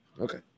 Okay